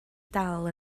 dal